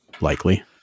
likely